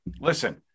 listen